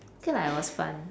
K lah it was fun